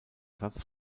satz